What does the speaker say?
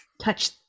touch